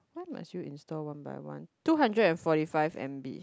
why must you install one by one two hundred and forty five m_b